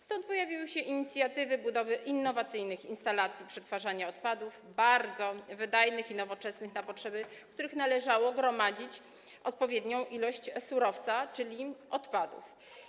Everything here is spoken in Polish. Stąd pojawiły się inicjatywy budowy innowacyjnych instalacji przetwarzania odpadów, bardzo wydajnych i nowoczesnych, na potrzeby których należało zgromadzić odpowiednią ilość surowca, czyli odpadów.